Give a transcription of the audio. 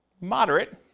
Moderate